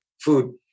food